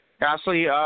Ashley